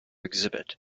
exhibit